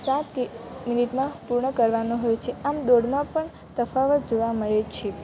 સાત મિનટ મિનિટમાં પૂર્ણ કરવાનું હોય છે આમ દોડમાં પણ તફાવત જોવા મળે છે